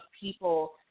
people